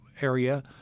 area